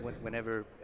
whenever